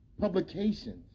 publications